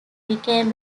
became